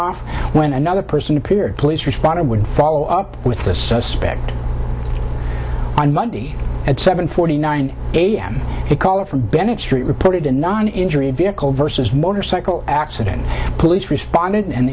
off when another person appeared police responded would follow up with the suspect on monday at seven forty nine am a caller from bennett street reported a non injury vehicle versus motorcycle accident police responded and